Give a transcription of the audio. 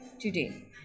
today